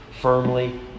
firmly